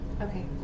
Okay